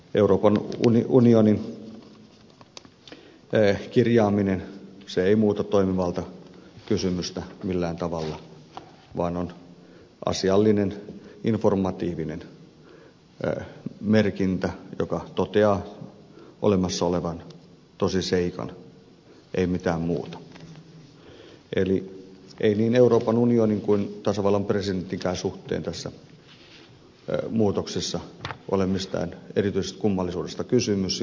euroopan unionin kirjaaminen ei muuta toimivaltakysymystä millään tavalla vaan on asiallinen informatiivinen merkintä joka toteaa olemassa olevan tosiseikan ei mitään muuta eli ei niin euroopan unionin kuin tasavallan presidentinkään suhteen tässä muutoksessa ole mistään erityisestä kummallisuudesta kysymys